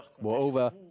Moreover